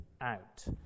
out